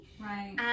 Right